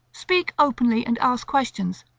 speak openly and ask questions,